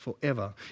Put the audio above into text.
forever